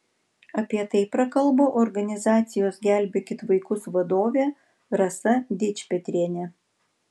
apie tai prakalbo organizacijos gelbėkit vaikus vadovė rasa dičpetrienė